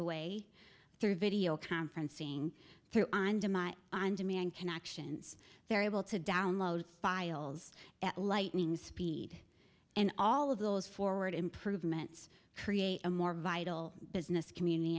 away through video conferencing through on demand connections they're able to download files at lightning speed and all of those forward improvements create a more vital business community